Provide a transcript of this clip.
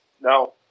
no